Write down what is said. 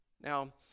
Now